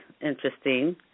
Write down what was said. interesting